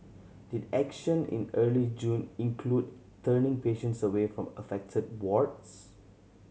did action in early June include turning patients away from affected wards